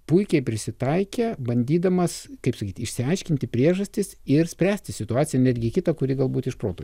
puikiai prisitaikė bandydamas kaip sakyt išsiaiškinti priežastis ir spręsti situaciją netgi kitą kuri galbūt iš proto